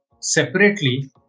separately